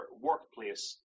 workplace